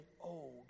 old